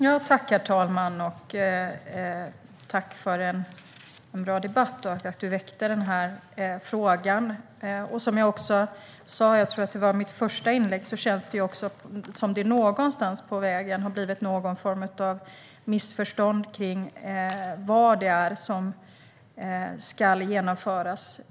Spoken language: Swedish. Herr talman! Tack för en bra debatt och för att du väckte frågan, Penilla Gunther! Som jag sa - jag tror att det var i mitt första inlägg - känns det ju som att det någonstans på vägen har blivit någon form av missförstånd kring vad det är som ska genomföras.